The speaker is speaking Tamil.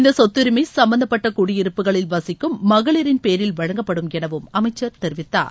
இந்த சொத்தரிமை சும்மந்தப்பட்ட குடியிருப்புகளில் வசிக்கும் மகளிரின் பேரில் வழங்கப்படும் என அமைச்சர் கூறினார்